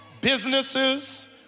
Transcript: businesses